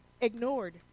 ignored